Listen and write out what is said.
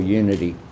unity